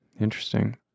Interesting